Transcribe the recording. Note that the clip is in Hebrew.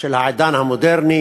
של העידן המודרני.